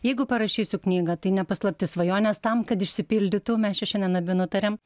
jeigu parašysiu knygą tai ne paslaptis svajonės tam kad išsipildytų mes čia šiandien abi nutarėm